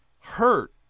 hurt